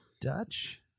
Dutch